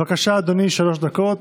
בבקשה, אדוני, שלוש דקות.